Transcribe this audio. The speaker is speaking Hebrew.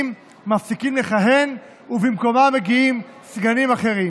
מפסיקים לכהן ובמקומם מגיעים סגנים אחרים.